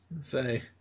Say